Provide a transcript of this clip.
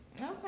Okay